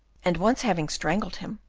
and once having strangled him,